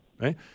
right